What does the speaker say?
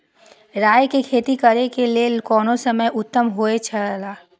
राय के खेती करे के लेल कोन समय उत्तम हुए छला?